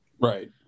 Right